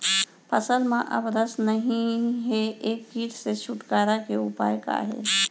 फसल में अब रस नही हे ये किट से छुटकारा के उपाय का हे?